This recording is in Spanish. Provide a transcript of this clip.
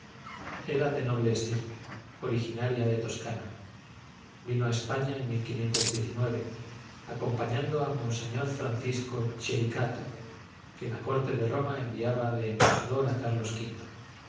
era de noble estirpe originaria de toscana vino a españa en acompañando a monseñor francisco chiericato que la corte de roma enviaba de embajador a carlos